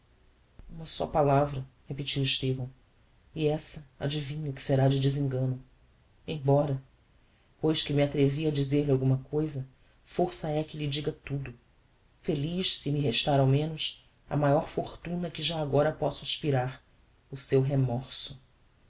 só palavra repetiu estevão e essa adivinho que será de desengano embora pois que me atrevi a dizer-lhe alguma cousa força é que lhe diga tudo feliz se me restar ao menos a maior fortuna a que já agora posso aspirar o seu remorso